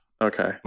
Okay